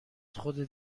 خودت